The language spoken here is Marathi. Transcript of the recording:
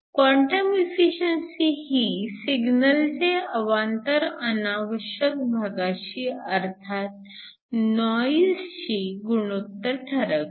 क्वांटम इफिशिअन्सी ही सिग्नलचे अवांतर अनावश्यक भागाशी अर्थात नॉइजशी गुणोत्तर ठरवते